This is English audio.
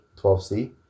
12C